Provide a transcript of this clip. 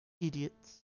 Idiots